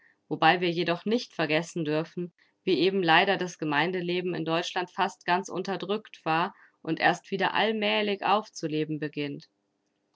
wobei wir jedoch nicht vergessen dürfen wie eben leider das gemeindeleben in deutschland fast ganz unterdrückt war und erst wieder allmälig aufzuleben beginnt